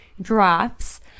drops